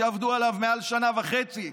שעבדו עליו יותר משנה וחצי.